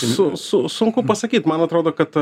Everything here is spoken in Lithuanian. su su sunku pasakyti man atrodo kad